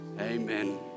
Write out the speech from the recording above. Amen